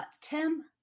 Tim